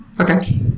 Okay